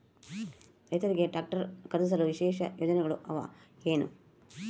ರೈತರಿಗೆ ಟ್ರಾಕ್ಟರ್ ಖರೇದಿಸಲು ವಿಶೇಷ ಯೋಜನೆಗಳು ಅವ ಏನು?